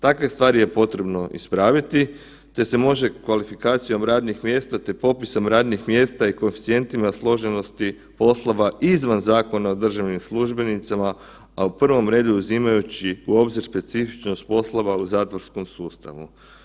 Takve stvari je potrebno ispraviti te se može kvalifikacijom radnih mjesta te popisom radnih mjesta i koeficijentima složenosti poslova izvan Zakona o državnim službenicima, a u prvom redu uzimajući u obzir specifičnosti poslova u zatvorskom sustavu.